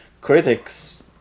Critics